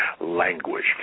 language